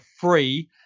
free